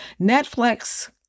Netflix